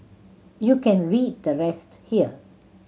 you can read the rest here